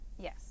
Yes